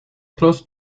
close